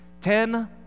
Ten